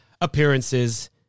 appearances